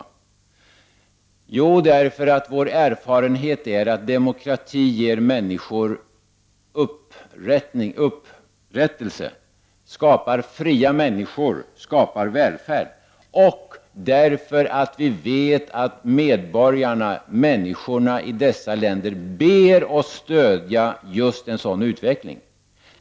Vi gör det därför att vår erfarenhet är att demokrati ger människor upprättelse, skapar fria människor och välfärd och därför att vi vet att medborgarna — människorna i dessa länder — ber oss stödja just en sådan utveckling.